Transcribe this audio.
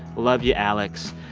love you, alex.